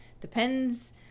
depends